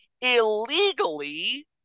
illegally